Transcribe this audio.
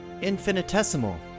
Infinitesimal